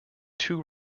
two